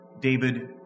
David